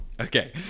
Okay